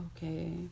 Okay